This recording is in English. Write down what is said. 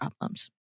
problems